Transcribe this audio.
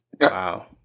wow